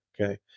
okay